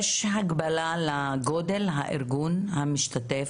יש הגבלה לגודל הארגון המשתתף?